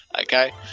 okay